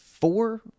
four